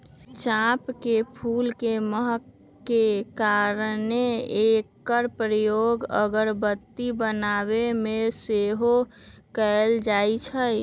चंपा के फूल के महक के कारणे एकर प्रयोग अगरबत्ती बनाबे में सेहो कएल जाइ छइ